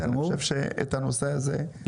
אני חושב שמיצינו גם את הנושא הזה.